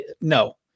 No